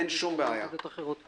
יש לי ועדות אחרות.